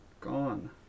gone